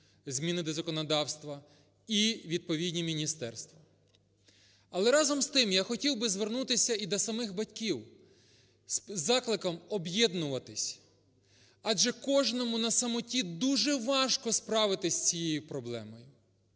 зміни до законодавства, і відповідні міністерства. Але разом з тим я хотів би звернутися і до самих батьків з закликом об'єднуватись, адже кожному на самоті дуже важко справитись з цією проблемою.